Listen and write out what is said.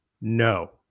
no